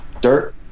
dirt